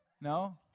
No